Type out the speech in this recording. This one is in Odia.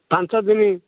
ପାଞ୍ଚ ଦିନ